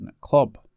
club